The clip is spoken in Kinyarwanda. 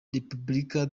repubulika